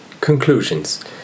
Conclusions